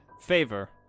favor